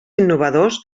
innovadors